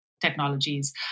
technologies